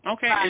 Okay